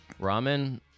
ramen